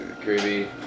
creepy